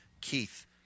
Keith